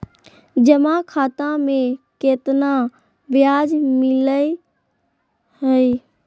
जमा खाता में केतना ब्याज मिलई हई?